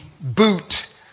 boot